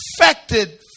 affected